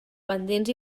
pendents